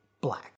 black